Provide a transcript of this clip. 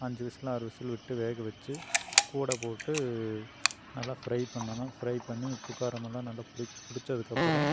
அஞ்சு விசில் ஆறு விசில் விட்டு வேக வச்சி கூட போட்டு நல்லா ஃப்ரை பண்ணனும் ஃப்ரை பண்ணி உப்பு காரமெல்லாம் நல்லா பிடிக் பிடிச்சதுக்கப்புறோம்